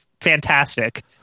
fantastic